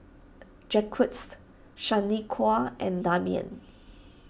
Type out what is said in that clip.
Jacquesed Shaniqua and Damian